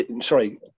sorry